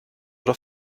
oder